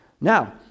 Now